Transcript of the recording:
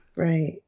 Right